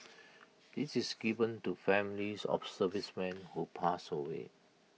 this is given to families of servicemen who pass away